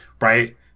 Right